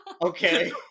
Okay